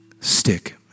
stick